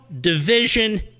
division